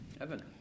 Evan